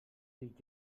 dic